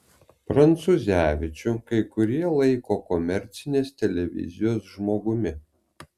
prancūzevičių kai kurie laiko komercinės televizijos žmogumi